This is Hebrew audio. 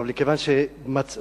אבל מכיוון שחיפשתי,